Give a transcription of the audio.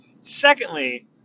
Secondly